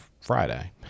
friday